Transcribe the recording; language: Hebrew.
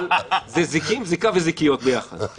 זה זיקים, זיקה וזיקיות ביחד.